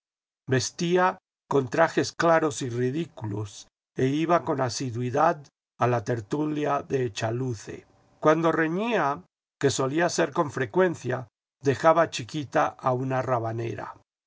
vestía con trajes claros y ridículos e iba con asiduidad a la tertulia de echaluce cuando reñía que solía ser con frecuencia dejaba chiquita a una rabanera